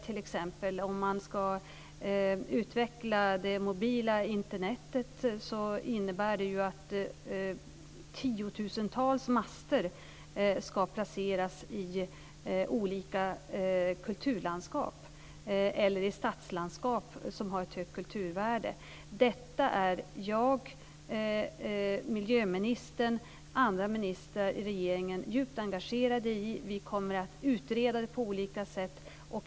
Om mobilt Internet ska utvecklas, innebär det att tiotusentals master ska placeras i olika kulturlandskap eller i stadslandskap med högt kulturvärde. Detta är jag, miljöministern och andra ministrar i regeringen djupt engagerade i. Vi kommer att utreda frågan på olika sätt.